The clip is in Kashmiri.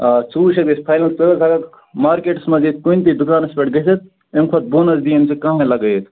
آ ژوٚوُھ شیٚتھ گژھِ فاینَل ژےٚ حظ ہیٚککھ مارکیٚٹَس منٛز یا کُنہِ تہِ دُکانَس پیٚٹھ گژھِتھ اَمہِ کھۅتہٕ بۅن حظ دِیی ژےٚ کانٛہہ وۅنۍ لَگٲوِتھ